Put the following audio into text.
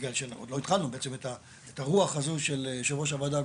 בדיוק שאנחנו עוד לא התחלנו בעצם את הרוח הזו של יושב-ראש הוועדה,